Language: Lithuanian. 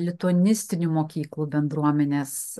lituanistinių mokyklų bendruomenės